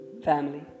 family